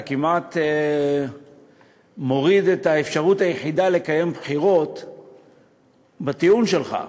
אתה כמעט מוריד את האפשרות היחידה לקיים בחירות בטיעון שלך.